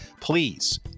Please